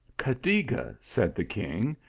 cadiga, said the king,